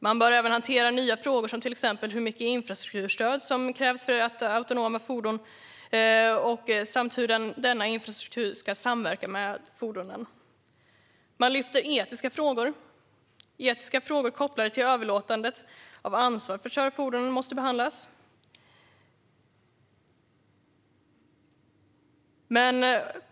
Man bör även hantera nya frågor, som till exempel hur mycket infrastrukturstöd som krävs för autonoma fordon och hur denna infrastruktur ska samverka med fordonen. Man lyfter också fram att etiska frågor kopplade till överlåtandet av ansvaret för att köra fordonen måste behandlas.